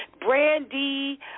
Brandy